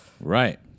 right